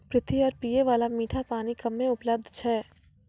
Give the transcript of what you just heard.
पृथ्वी पर पियै बाला मीठा पानी कम्मे उपलब्ध छै